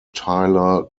tyler